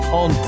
on